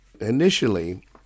initially